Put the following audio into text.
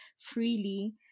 freely